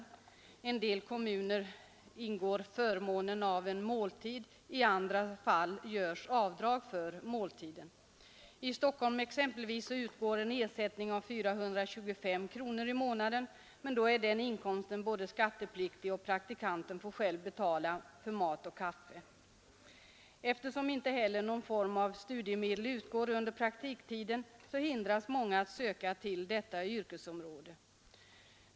I en del kommuner ingår förmånen av en måltid, i andra fall görs avdrag för måltiden. I Stockholm exempelvis utgår en ersättning av 425 kronor i månaden, men då är den inkomsten skattepliktig och praktikanten får själv betala för mat och kaffe. Eftersom inte heller någon form av studiemedel utgår under praktiktiden, hindras många att söka till detta yrkesområde.